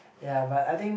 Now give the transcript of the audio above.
ya but I think